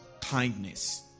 kindness